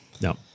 No